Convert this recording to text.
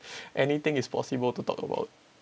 anything is possible to talk about